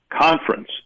conference